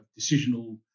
decisional